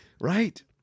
Right